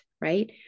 right